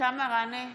אבתיסאם מראענה,